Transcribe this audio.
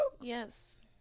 Yes